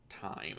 time